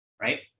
Right